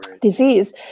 disease